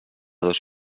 dos